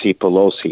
Pelosi